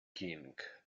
king